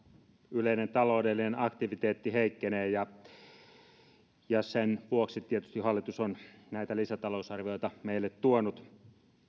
yleinen taloudellinen aktiviteetti heikkenee ja sen vuoksi tietysti hallitus on näitä lisätalousarvioita meille tuonut